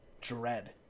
dread